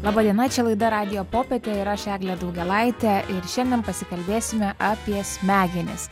laba diena čia laida radijo popietė ir aš eglė daugėlaitė ir šiandien pasikalbėsime apie smegenis